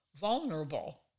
vulnerable